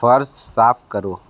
फ़र्श साफ करो